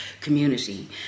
community